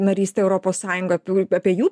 narystė europos sąjungoj piul apie jų